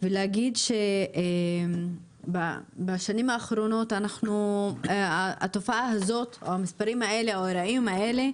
ולהגיד שבשנים האחרונות התופעה הזאת או המספרים האלה או האירועים האלה,